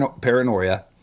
paranoia